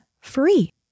free